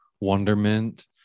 wonderment